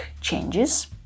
changes